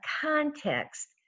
context